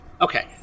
Okay